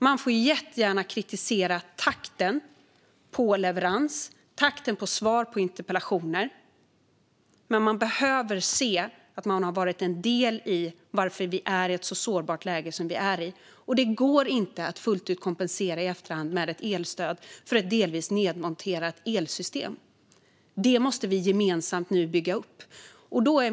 Man får jättegärna kritisera takten på leverans och takten på svar på interpellationer, men man behöver se att man själv varit del i att Sverige är i ett så sårbart läge. Det går inte att fullt ut kompensera i efterhand med ett elstöd för ett delvis nedmonterat elsystem. Det måste vi nu gemensamt bygga upp.